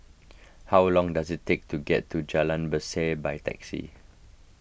how long does it take to get to Jalan Berseh by taxi